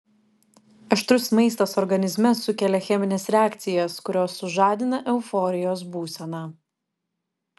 aštrus maistas organizme sukelia chemines reakcijas kurios sužadina euforijos būseną